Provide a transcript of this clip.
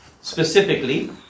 specifically